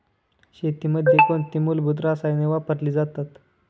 शेतीमध्ये कोणती मूलभूत रसायने वापरली जातात?